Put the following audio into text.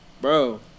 bro